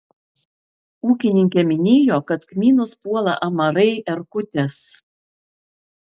ūkininkė minėjo kad kmynus puola amarai erkutės